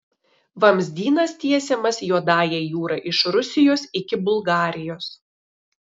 vamzdynas tiesiamas juodąja jūra iš rusijos iki bulgarijos